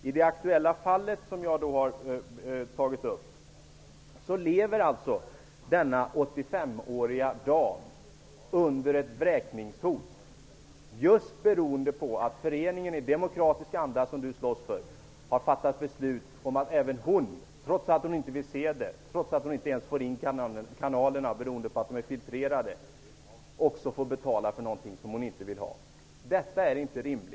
I det aktuella fallet som jag har tagit upp lever en 85-årig dam under vräkningshot, just beroende på att föreningen i demokratisk anda -- vilket Mikael Odenberg slåss för -- har fattat beslut om att även denna 85-åriga dam, trots att hon varken vill eller kan titta på kanalerna beroende på att de är filtrerade, skall betala för någonting som hon inte vill ha. Detta är inte rimligt.